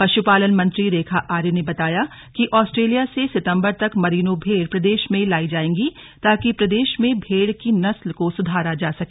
पशुपालन मंत्री रेखा आर्य ने बताया कि ऑस्ट्रेलिया से सितंबर तक मरीनो भेड़ प्रदेश में लाई जाएंगी ताकि प्रदेश के भेड़ की नस्ल को सुधारा जा सके